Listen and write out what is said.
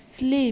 sleep